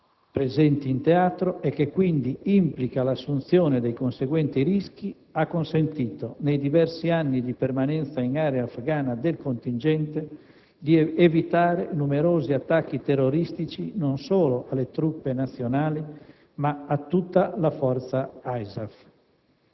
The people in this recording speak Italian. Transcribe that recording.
presenti in teatro, e che quindi implica l'assunzione dei conseguenti rischi, ha consentito nei diversi anni di permanenza in area afgana del contingente, di evitare numerosi attacchi terroristici, non solo alle truppe nazionali, ma a tutta la forza ISAF.